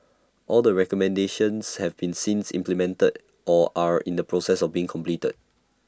all the recommendations have been since implemented or are in the process of being completed